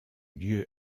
lieu